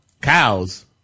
cows